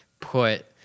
put